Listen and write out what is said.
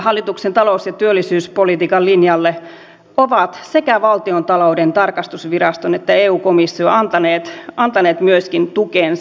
hallituksen talous ja työllisyyspolitiikan linjalle ovat sekä valtiontalouden tarkastusvirasto että eu komissio antaneet myöskin tukensa